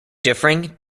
differing